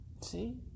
See